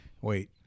wait